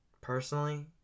Personally